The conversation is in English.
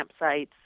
campsites